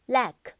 Lack